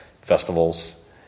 festivals